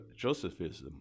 Josephism